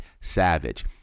Savage